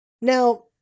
Now